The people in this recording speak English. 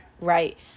right